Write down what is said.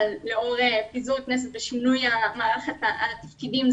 אבל לאור פיזור הכנסת ושינוי מערכת התפקידים,